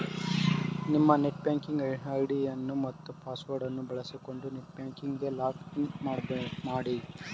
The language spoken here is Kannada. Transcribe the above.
ನಿಮ್ಮ ನೆಟ್ ಬ್ಯಾಂಕಿಂಗ್ ಐಡಿಯನ್ನು ಮತ್ತು ಪಾಸ್ವರ್ಡ್ ಅನ್ನು ಬಳಸಿಕೊಂಡು ನೆಟ್ ಬ್ಯಾಂಕಿಂಗ್ ಗೆ ಲಾಗ್ ಇನ್ ಮಾಡಿ